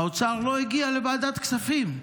האוצר לא הגיע לוועדת הכספים,